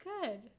good